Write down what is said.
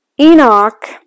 Enoch